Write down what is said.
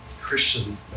Christian